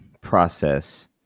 process